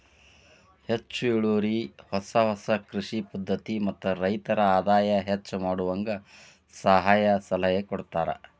ಹೆಚ್ಚು ಇಳುವರಿ ಹೊಸ ಹೊಸ ಕೃಷಿ ಪದ್ಧತಿ ಮತ್ತ ರೈತರ ಆದಾಯ ಹೆಚ್ಚ ಮಾಡುವಂಗ ಸಹಾಯ ಸಲಹೆ ಕೊಡತಾರ